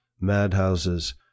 madhouses